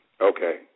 Okay